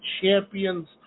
champions